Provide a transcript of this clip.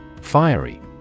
Fiery